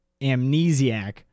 amnesiac